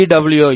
W